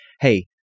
hey